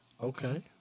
Okay